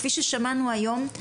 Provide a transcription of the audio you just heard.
כפי ששמענו היום,